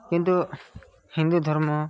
କିନ୍ତୁ ହିନ୍ଦୁ ଧର୍ମ